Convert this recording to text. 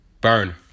Burn